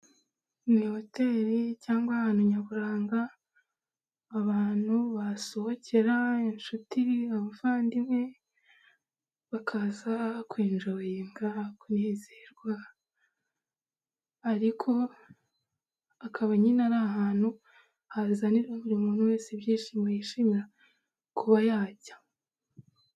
Ni hotel cyangwa ahantu nyaburanga abantu basohokera, inshuti, abavandimwe, bakaza kwinjoyinga, kunezerwa ariko akaba nyine ari ahantu hazanira buri muntu wese ibyishimo yishimira, kuba yajya.